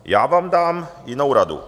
Já vám dám jinou radu.